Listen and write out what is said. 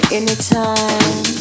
anytime